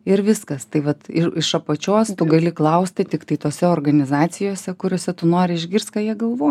ir viskas tai vat ir iš apačios tu gali klausti tiktai tose organizacijose kuriose tu nori išgirst ką jie galvoja